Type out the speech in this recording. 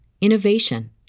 innovation